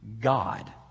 God